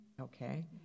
Okay